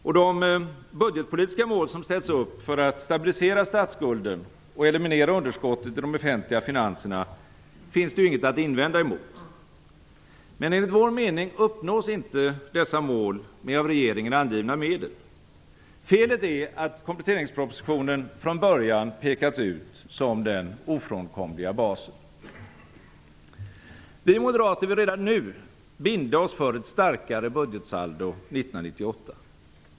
Och de budgetpolitiska mål som ställs upp för att stabilisera statsskulden och eliminera underskottet i de offentliga finanserna finns det inget att invända emot. Men enligt vår mening uppnås inte dessa mål med av regeringen angivna medel. Felet är att kompletteringspropositionen från början pekats ut som den ofrånkomliga basen. Vi moderater vill redan nu binda oss för ett starkare budgetsaldo 1998.